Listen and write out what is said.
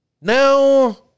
Now